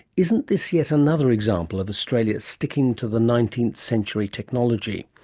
isn't this yet another example of australia sticking to the nineteenth century technology?